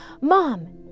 Mom